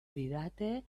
didate